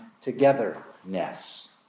togetherness